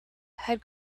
had